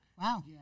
Wow